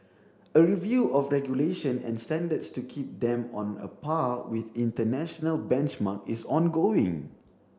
a review of regulation and standards to keep them on a par with international benchmark is ongoing